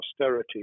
austerity